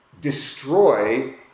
destroy